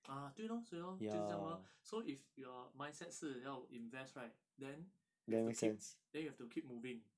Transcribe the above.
ah 对 lor 所以 lor 就是这样 lor so if your mindset 是要 invest right then you have to keep then you have to keep moving